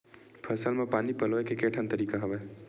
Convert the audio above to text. फसल म पानी पलोय के केठन तरीका हवय?